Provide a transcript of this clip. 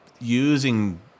using